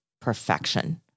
perfection